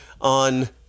on